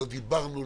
לא דיברנו,